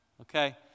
Okay